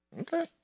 Okay